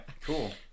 Cool